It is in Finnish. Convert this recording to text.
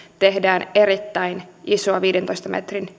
tehdään erittäin isoa viidentoista metrin